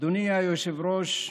אדוני היושב-ראש,